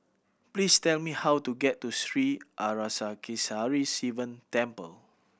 please tell me how to get to Sri Arasakesari Sivan Temple